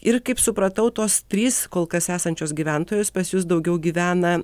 ir kaip supratau tos trys kol kas esančios gyventojos pas jus daugiau gyvena